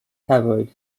cafwyd